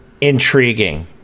Intriguing